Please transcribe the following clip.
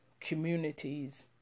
communities